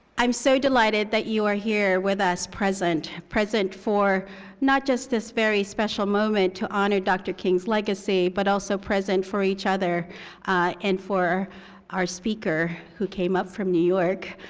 i'm so delighted that you are here with us present. present for not just this very special moment to honor dr. king's legacy, but also present for each other and for our speaker who came up from new york,